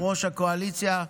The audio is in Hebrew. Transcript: ראש הקואליציה,